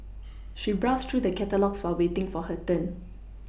she browsed through the catalogues while waiting for her turn